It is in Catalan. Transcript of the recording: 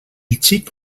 xic